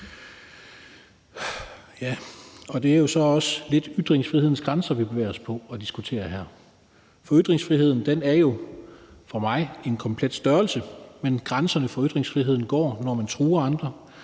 om. Det er jo så også lidt ytringsfrihedens grænser, vi bevæger os på og diskuterer her. Ytringsfriheden er jo for mig en komplet størrelse, men grænserne for ytringsfriheden går dertil, hvor man truer andre,